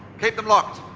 keep them locked.